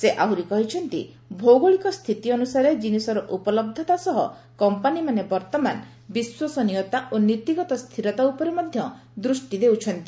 ସେ ଆହୁରି କହିଛନ୍ତି ଭୌଗୋଳିକ ସ୍ଥିତି ଅନୁସାରେ ଜିନିଷର ଉପଲହ୍ଧତା ସହ କମ୍ପାନୀମାନେ ବର୍ତ୍ତମାନ ବିଶ୍ୱସନୀୟତା ଓ ନୀତିଗତ ସ୍ଥିରତା ଉପରେ ମଧ୍ୟ ଦୃଷ୍ଟି ଦେଇଛନ୍ତି